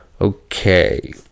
Okay